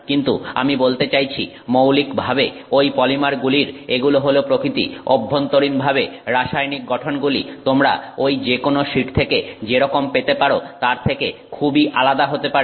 কিন্তু আমি বলতে চাইছি মৌলিকভাবে ঐ পলিমারগুলির এগুলো হলো প্রকৃতি অভ্যন্তরীণভাবে রাসায়নিক গঠনগুলি তোমরা ঐ যেকোনো শিট থেকে যেরকম পেতে পারো তার থেকে খুবই আলাদা হতে পারে